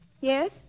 Yes